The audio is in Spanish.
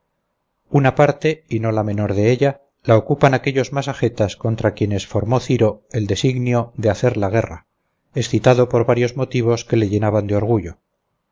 una parte y no la menor de ella la ocupan aquellos masagetas contra quienes formó ciro el designio de hacer la guerra excitado por varios motivos que le llenaban de orgullo